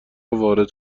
وارد